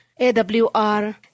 AWR